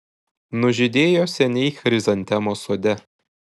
nužydėjo seniai chrizantemos sode